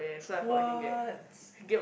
what